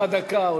הוספתי לך דקה,